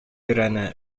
өйрәнә